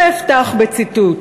אפתח בציטוט: